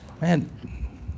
Man